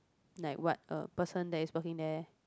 like what a person that is working there